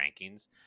rankings